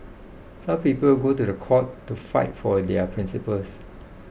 some people go to the court to fight for their principles